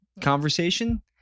conversation